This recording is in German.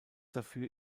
dafür